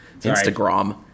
Instagram